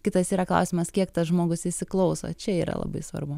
kitas yra klausimas kiek tas žmogus įsiklauso čia yra labai svarbu